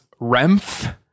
Remph